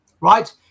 right